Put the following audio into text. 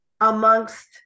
amongst